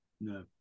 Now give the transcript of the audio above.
no